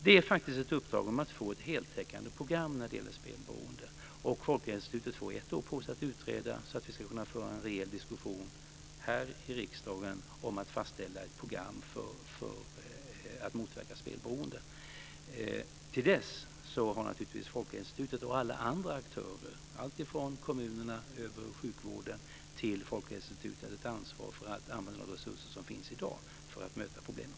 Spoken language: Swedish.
Det här är faktiskt ett uppdrag som gäller att få ett heltäckande program för spelberoende. Folkhälsoinstitutet får ett år på sig att utreda så att vi ska kunna föra en rejäl diskussion här i riksdagen om att fastställa ett program för att motverka spelberoende. Till dess har naturligtvis Folkhälsoinstitutet och alla andra aktörer, alltifrån kommunerna över sjukvården till Folkhälsoinstitutet, ett ansvar för att använda de resurser som finns i dag för att möta problemen.